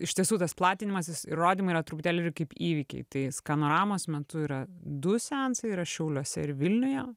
iš tiesų tas platinimas jis ir rodymai yra truputėlį ir kaip įvykiai tai skanoramos metu yra du seansai yra šiauliuose ir vilniuje